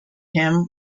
him